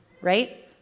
right